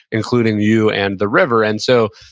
including you and the river and so,